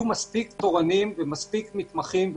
יותר מתמחים,